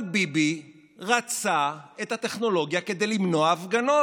אבל ביבי רצה את הטכנולוגיה כדי למנוע הפגנות.